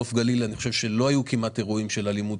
בנוף הגליל כמעט לא היו אירועים של אלימות,